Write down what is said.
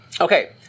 okay